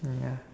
mm ya